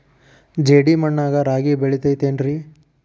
ಜೇಡಿ ಮಣ್ಣಾಗ ರಾಗಿ ಬೆಳಿತೈತೇನ್ರಿ?